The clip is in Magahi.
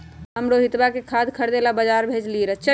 हम रोहितवा के खाद खरीदे ला बजार भेजलीअई र